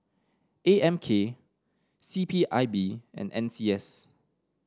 A M K C P I B and N C S